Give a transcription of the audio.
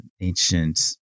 ancient